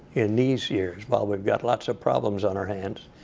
in these years while we've got lots of problems on our hands,